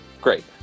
great